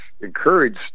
encouraged